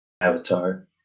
avatar